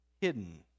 hidden